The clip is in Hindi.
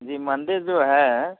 जी मंदिर जो है